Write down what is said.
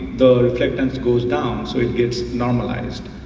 the reflectance goes down so it gets normalized.